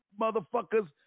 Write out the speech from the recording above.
motherfuckers